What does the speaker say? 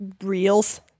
reels